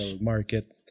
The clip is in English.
market